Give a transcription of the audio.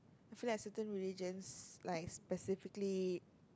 I feel like certain religions like specifically